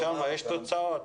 בוועדת החוקה יש תוצאות?